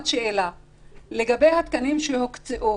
לגבי התקנים שהוקצו,